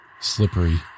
slippery